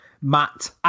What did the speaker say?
Matt